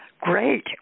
Great